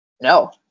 no